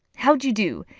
how'd you do?